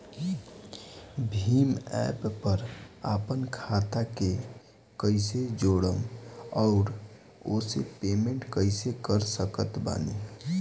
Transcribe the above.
Bhim app पर आपन खाता के कईसे जोड़म आउर ओसे पेमेंट कईसे कर सकत बानी?